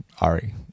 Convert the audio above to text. Ari